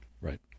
right